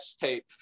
tape